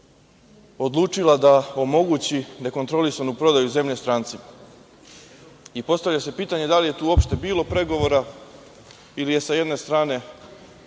odlučila da omogući nekontrolisanu prodaju zemlje strancima. Postavlja se pitanje da li je tu uopšte bilo pregovora ili su sa jedne strane